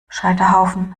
scheiterhaufen